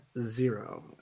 zero